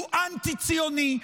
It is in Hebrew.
הוא אנטי-ציוני,